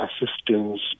assistance